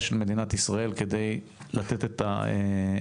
הזו של מדינת ישראל כדי לתת פתרונות.